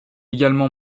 également